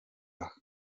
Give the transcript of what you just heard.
aha